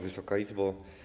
Wysoka Izbo!